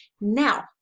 Now